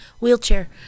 wheelchair